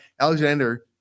Alexander